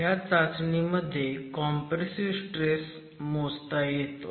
ह्या चाचणीमध्ये compressive stress मोजता येतो